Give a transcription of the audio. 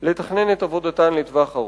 לתכנן את עבודתן לטווח ארוך.